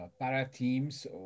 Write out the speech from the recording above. para-teams